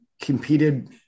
competed